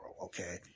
okay